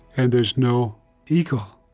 and there's no eagle.